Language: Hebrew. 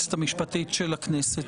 ליועצת המשפטית של הכנסת,